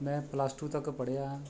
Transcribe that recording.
ਮੈਂ plus two ਤੱਕ ਪੜ੍ਹਿਆ ਹਾਂ